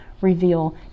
reveal